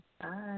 Bye